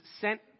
sent